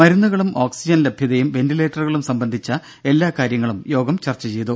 മരുന്നുകളും ഓക്സിജൻ ലഭ്യതയും വെന്റിലേറ്ററുകളും സംബന്ധിച്ച എല്ലാ കാര്യങ്ങളും യോഗം ചർച്ച ചെയ്തു